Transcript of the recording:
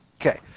Okay